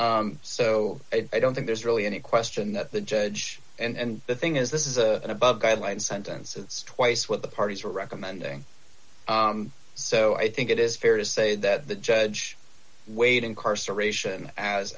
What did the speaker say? believe so i don't think there's really any question that the judge and the thing is this is an above guideline sentence it's twice what the parties are recommending so i think it is fair to say that the judge weighed incarceration as